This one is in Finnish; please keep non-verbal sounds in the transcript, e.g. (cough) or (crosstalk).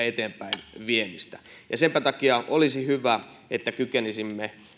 (unintelligible) eteenpäinviemistä senpä takia olisi hyvä että kykenisimme